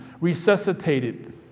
resuscitated